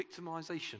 victimization